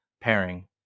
pairing